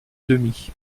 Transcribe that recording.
demi